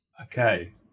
Okay